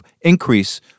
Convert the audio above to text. increase